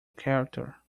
character